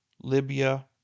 Libya